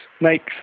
makes